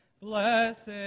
blessed